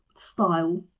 style